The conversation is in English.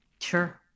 Sure